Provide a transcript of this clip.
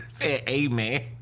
Amen